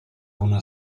una